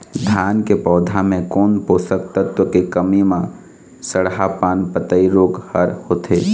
धान के पौधा मे कोन पोषक तत्व के कमी म सड़हा पान पतई रोग हर होथे?